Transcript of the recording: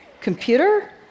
computer